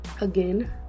again